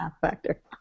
factor